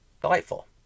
delightful